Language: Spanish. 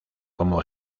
como